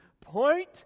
Point